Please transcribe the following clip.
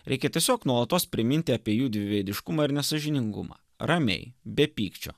reikia tiesiog nuolatos priminti apie jų dviveidiškumą ir nesąžiningumą ramiai be pykčio